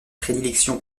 prédilection